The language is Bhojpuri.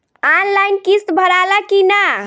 आनलाइन किस्त भराला कि ना?